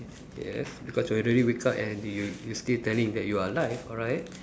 yes because whether you wake up and you you still telling that you are alive alright